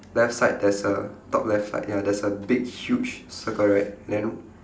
left side there's a top left side ya there's a big huge circle right then